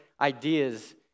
ideas